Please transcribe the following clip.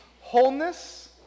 wholeness